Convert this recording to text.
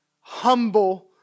Humble